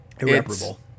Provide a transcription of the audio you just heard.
Irreparable